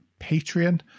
patreon